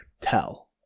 tell